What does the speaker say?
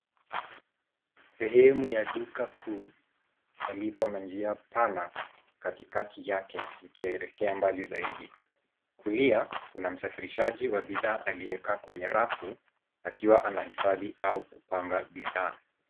Sehemu ya duka kuu palipo na njia pana katikati yake ikielekea mbali zaidi. Kulia kuna msafirishaji wa bidhaa aliyekaa kwenye rafu akiwa anahifadhi au kupanga bidhaa.